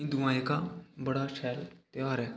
हिन्दुयें जेह्का बड़ा शैल ध्यार ऐ